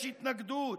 יש התנגדות.